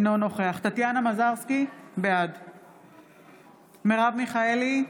אינו נוכח טטיאנה מזרסקי, בעד מרב מיכאלי,